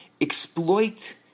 exploit